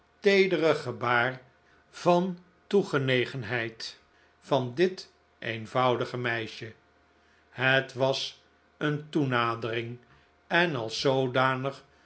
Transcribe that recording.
teedere gebaar van toegenegenheid van dit eenvoudige meisje het was een toenadering en als zoodanig